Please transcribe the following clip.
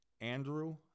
Andrew